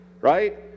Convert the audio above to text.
right